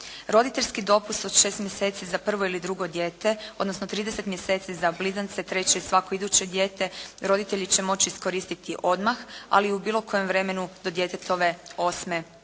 Roditeljski dopust od 6 mjeseci za prvo ili drugo dijete, odnosno za 30 mjeseci za blizance, treće i svako iduće dijete, roditelji će moći iskoristiti odmah, ali u bilo kojem vremenu do djetetove 8. godine.